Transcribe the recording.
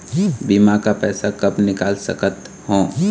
बीमा का पैसा कब निकाल सकत हो?